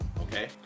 okay